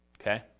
okay